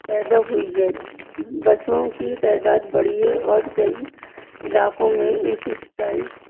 پیدا ہوئی ہے بسوں کی تعداد بڑھی ہے اور کئی علاقوں میں اس اسٹائی